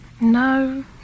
No